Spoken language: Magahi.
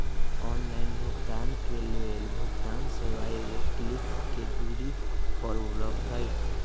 ऑनलाइन भुगतान के लेल भुगतान सेवा एगो क्लिक के दूरी पर उपलब्ध हइ